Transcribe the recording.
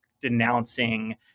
denouncing